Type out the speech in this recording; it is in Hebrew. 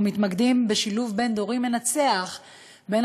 אנחנו מתמקדים בשילוב בין-דורי מנצח בין